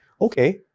okay